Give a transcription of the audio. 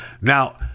Now